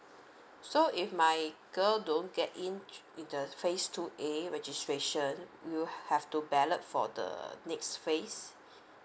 so if my girl don't get in in the phase two A registration we'll have to ballot for the next phase